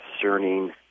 concerning